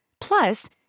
Plus